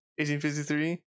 1853